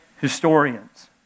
historians